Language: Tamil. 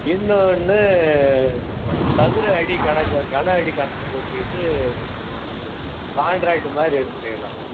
இன்னொன்னு சதுர அடி கணக்கில் கன அடி கணக்கு வச்சிட்டு நாம வந்து கான்ராக்ட்டு மாதிரி எடுத்து செய்யலாம்ங்க